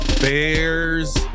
Bears